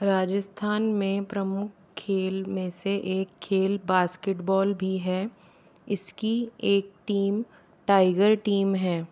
राजस्थान में प्रमुख खेल में से एक खेल बास्केटबॉल भी है इसकी एक टीम टाइगर टीम है